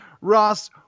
Ross